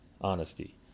honesty